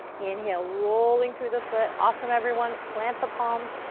inhale, rolling through the foot. awesome everyone. plant the palms.